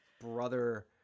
brother